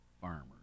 farmers